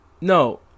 no